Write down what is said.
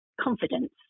confidence